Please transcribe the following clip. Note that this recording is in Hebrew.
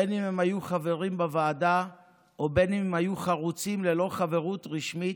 בין שהם היו חברים בוועדה ובין שהיו חרוצים ללא חברות רשמית,